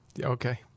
okay